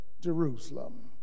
Jerusalem